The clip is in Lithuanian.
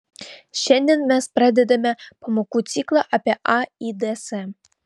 šiandien mes pradedame pamokų ciklą apie aids